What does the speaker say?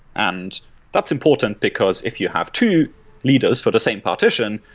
and that's important, because if you have two leaders for the same partition,